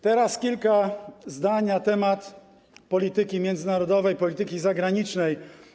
Teraz kilka zdań na temat polityki międzynarodowej, polityki zagranicznej.